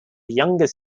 youngest